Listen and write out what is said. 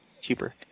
cheaper